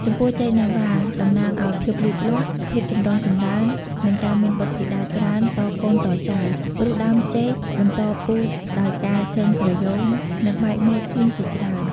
ចំពោះចេកណាំវ៉ា តំណាងឲ្យ ភាពលូតលាស់ ភាពចម្រុងចម្រើន និងការមានបុត្រធីតាច្រើនតកូនតចៅ ព្រោះដើមចេកបន្តពូជដោយការចេញត្រយូង និងបែកមែកធាងជាច្រើន។